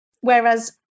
Whereas